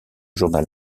journal